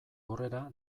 aurrera